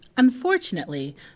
Unfortunately